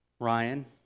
Ryan